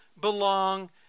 Belong